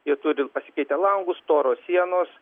jie turi pasikeitę langus storos sienos